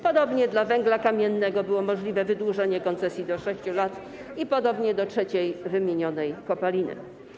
Podobnie dla węgla kamiennego było możliwe wydłużenie koncesji do 6 lat, podobnie dla trzeciej wymienionej kopaliny.